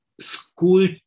school